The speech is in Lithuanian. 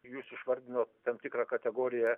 jūs išvardinot tam tikrą kategoriją